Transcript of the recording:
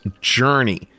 Journey